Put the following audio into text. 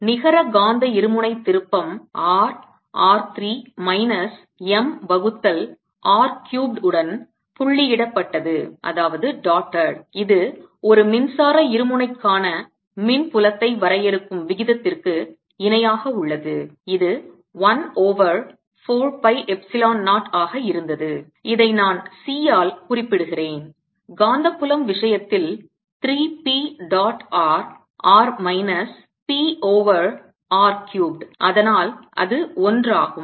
நிகர காந்த இருமுனை திருப்பம் r r 3 மைனஸ் m வகுத்தல் r cubed உடன் புள்ளியிடப்பட்டது இது ஒரு மின்சார இருமுனைக்கான மின்புலத்தை வரையறுக்கும் விதத்திற்கு இணையாக உள்ளது இது 1 ஓவர் 4 பை எப்சிலான் 0 ஆக இருந்தது இதை நான் c ஆல் குறிப்பிடுகிறேன் காந்தப் புலம் விஷயத்தில் 3 p dot r r minus p over r cubed அதனால் அது ஒன்றாகும்